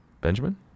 Benjamin